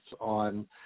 on